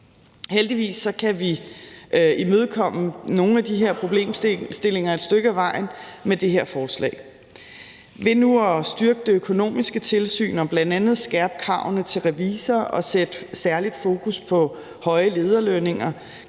Heldigvis kan vi imødekomme nogle af de her problemstillinger et stykke ad vejen med det her forslag. Ved nu at styrke det økonomiske tilsyn og bl.a. skærpe kravene til revisorer og sætte særligt fokus på høje lederlønninger